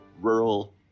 rural